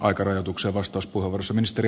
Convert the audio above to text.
arvoisa puhemies